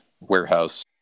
warehouse